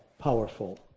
powerful